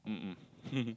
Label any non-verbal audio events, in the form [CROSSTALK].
mmhmm [LAUGHS]